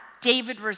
David